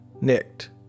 nicked